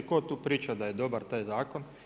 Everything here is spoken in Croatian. Tko tu priča da je dobar taj zakon?